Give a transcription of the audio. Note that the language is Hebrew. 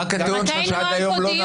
ויש גם נשיא שמונה בפועל.